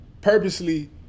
purposely